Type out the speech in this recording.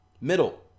middle